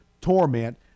torment